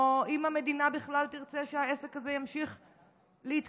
או אם המדינה בכלל תרצה שהעסק הזה ימשיך להתקיים,